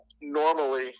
Normally